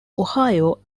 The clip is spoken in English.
ohio